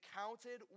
counted